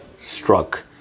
struck